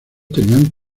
tenían